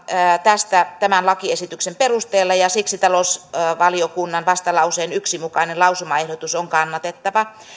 tästä tämän lakiesityksen perusteella ja siksi talousvaliokunnan vastalauseen yhden mukainen lausumaehdotus on kannatettava